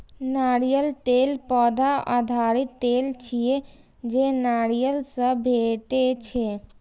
नारियल तेल पौधा आधारित तेल छियै, जे नारियल सं भेटै छै